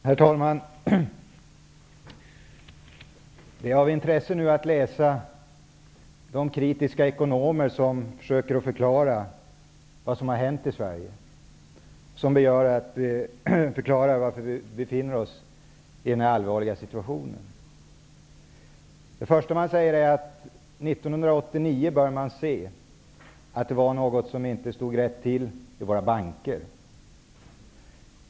Herr talman! Det är av intresse att läsa vad de kritiska ekonomer skriver som försöker förklara vad som har hänt i Sverige, dvs. varför vi befinner oss i den här allvarliga situationen. Det första man säger är följande: 1989 borde man se att det var något som inte stod rätt till i våra banker.